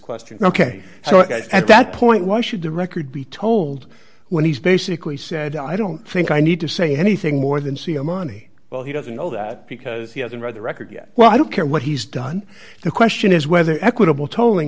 question ok so i think that point why should the record be told when he's basically said i don't think i need to say anything more than see a money well he doesn't know that because he hasn't read the record yet well i don't care what he's done the question is whether equitable to